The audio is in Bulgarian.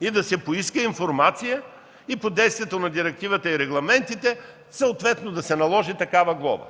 и да се поиска информация и под действието на директивата и регламентите съответно да се наложи такава глоба.